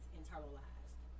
internalized